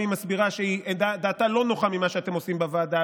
מסבירה שדעתה לא נוחה ממה שאתם עושים בוועדה,